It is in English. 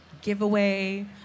giveaway